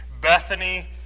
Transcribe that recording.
Bethany